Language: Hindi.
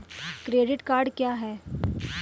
क्रेडिट कार्ड क्या है?